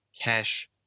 cash